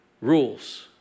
rules